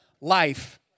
life